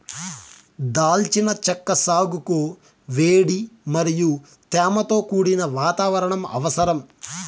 దాల్చిన చెక్క సాగుకు వేడి మరియు తేమతో కూడిన వాతావరణం అవసరం